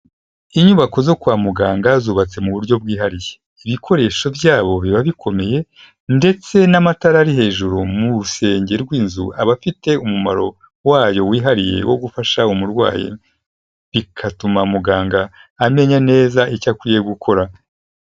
Inyubako zo kwa muganga zubatse mu buryo bwihariye, ibikoresho byabo biba bikomeye ndetse n'amatara ari hejuru mu rusenge rw'inzu aba afite umumaro wayo wihariye wo gufasha umurwayi, bigatuma muganga amenya neza icyo akwiye gukora.